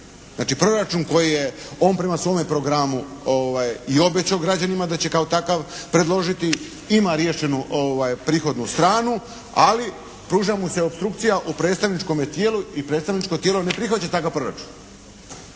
Znači proračun koji je on prema svome programu i obećao građanima da će kao takav predložiti ima riješenu prihodnu stranu, ali pruža mu se opstrukcija u predstavničkome tijelu i predstavničko tijelo ne prihvaća takav proračun.